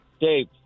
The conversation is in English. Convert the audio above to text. Dave